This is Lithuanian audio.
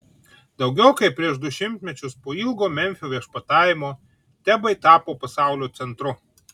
daugiau kaip prieš du šimtmečius po ilgo memfio viešpatavimo tebai tapo pasaulio centru